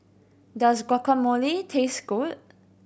does Guacamole taste good